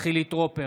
חילי טרופר,